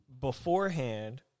beforehand